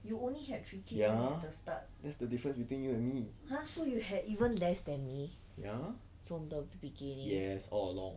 ya that's the difference between you and me ya yes all along